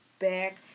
back